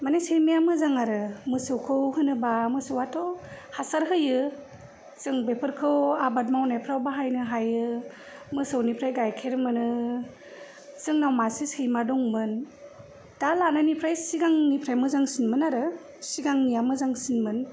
माने सैमाया मोजां आरो मोसौखौ होनोबा मोसौयाथ' हासार होयो जों बेफोरखौ आबाद मावनाय फ्राव बाहायनो हायो मोसौनिफ्राय गायखेर मोनो जोंनाव मासे सैमा दंमोन दा लानायनिफ्राय सिगांनिफ्राय मोजांसिनमोन आरो सिगांनिया मोजांसिनमोन